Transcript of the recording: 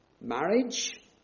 marriage